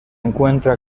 encuentra